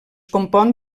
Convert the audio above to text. compon